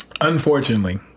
Unfortunately